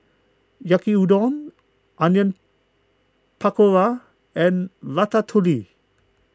Yaki Udon Onion Pakora and Ratatouille